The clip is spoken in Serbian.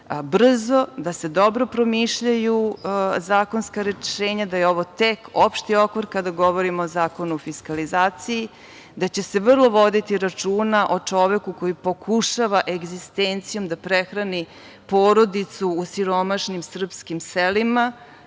brzo, da se dobro promišljaju zakonska rešenja, da je ovo tek opšti okvir kada govorimo o Zakonu o fiskalizaciji, da će se vrlo voditi računa o čoveku koji pokušava egzistencijom da prehrani porodicu u siromašnim srpskim selima.